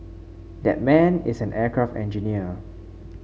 that man is an aircraft engineer